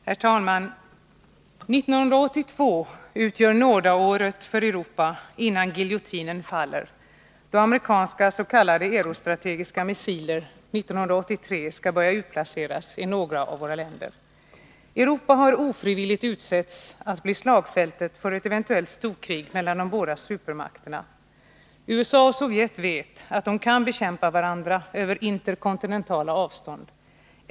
Herr talman! 1982 utgör nådeåret för Europa innan giljotinen faller, då amerikanska s.k. eurostrategiska missiler 1983 skall börja utplaceras i några av våra länder. Europa har ofrivilligt utsetts att bli slagfältet för ett eventuellt storkrig mellan de båda supermakterna. USA och Sovjet vet att de kan bekämpa varandra över interkontinentala avstånd.